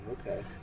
Okay